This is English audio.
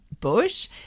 bush